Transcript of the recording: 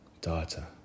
Data